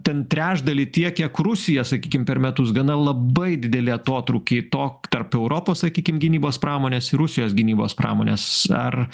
ten trečdalį tiek kiek rusija sakykim per metus gana labai didelį atotrūkį to tarp europos sakykim gynybos pramonės ir rusijos gynybos pramonės ar